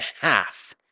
half